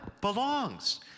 belongs